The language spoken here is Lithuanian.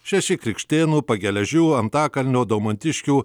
šeši krikštėnų pageležių antakalnio domantiškiu